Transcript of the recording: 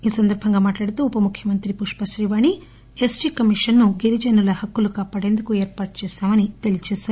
ఈ సందర్బంగా మాట్లాడుతూ ఉపముఖ్యమంత్రి పుష్ప శ్రీవాణి ఎస్టీ కమిషన్ను గిరిజనుల హక్కులు కాపాడేందుకు ఏర్పాటు చేశామని చెప్పారు